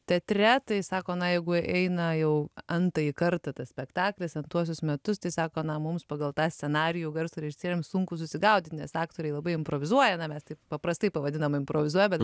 teatre tai sako na jeigu eina jau entąjį kartą tas spektaklis ten tuos visus metus tai sako na mums pagal tą scenarijų garso režisieriams sunku susigaudyti nes aktoriai labai improvizuoja na mes taip paprastai pavadinam improvizuoja bet